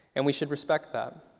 and we should respect that.